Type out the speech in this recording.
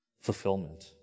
fulfillment